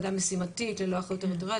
שנותנת לנו את שירותי מצלמות המהירות.